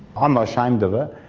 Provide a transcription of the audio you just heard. um ashamed of it,